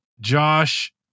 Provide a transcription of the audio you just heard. Josh